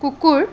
কুকুৰ